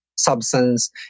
substance